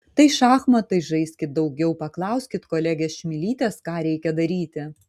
tai šachmatais žaiskit daugiau paklauskit kolegės čmilytės ką reikia daryti